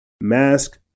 mask